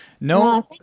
No